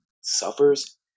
suffers